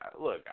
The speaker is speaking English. look